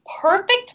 perfect